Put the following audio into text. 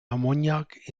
ammoniak